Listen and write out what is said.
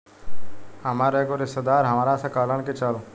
हामार एगो रिस्तेदार हामरा से कहलन की चलऽ